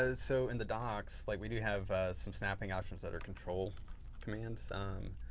and so, in the docs, like we do have some snapping options that are control commands um